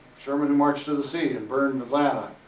sherman who marched to the sea and burned atlanta.